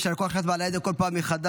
יישר כוח שאת מעלה את זה בכל פעם מחדש.